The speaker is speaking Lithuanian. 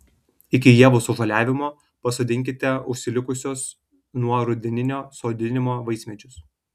iki ievų sužaliavimo pasodinkite užsilikusius nuo rudeninio sodinimo vaismedžius